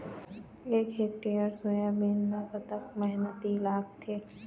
एक hectare soybean म कतक मेहनती लागथे?